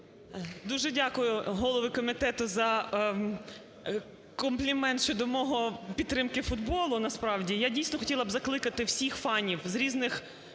Дуже дякую голові комітету за комплімент щодо моєї підтримки футболу. Насправді я, дійсно, хотіла б закликати всіх фанів з різних